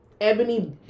Ebony